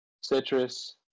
citrus